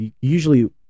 usually